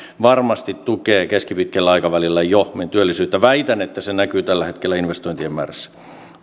varmasti tukee keskipitkällä aikavälillä jo meidän työllisyyttämme väitän että se näkyy tällä hetkellä investointien määrässä